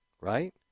Right